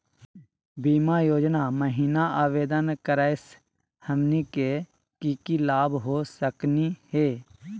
बीमा योजना महिना आवेदन करै स हमनी के की की लाभ हो सकनी हे?